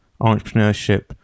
entrepreneurship